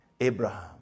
Abraham